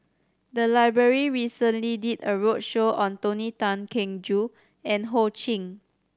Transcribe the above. the library recently did a roadshow on Tony Tan Keng Joo and Ho Ching